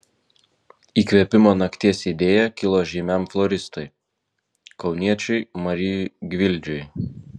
įkvėpimo nakties idėja kilo žymiam floristui kauniečiui marijui gvildžiui